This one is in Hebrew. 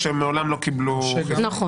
שמעולם לא קיבלו --- נכון.